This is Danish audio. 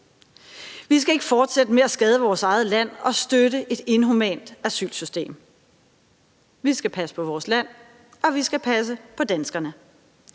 Vi skal ikke fortsætte med at skade vores eget land og støtte et inhumant asylsystem. Vi skal passe på vores land, og vi skal passe på danskerne.